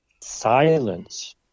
silence